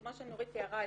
כמו שנורית תיארה,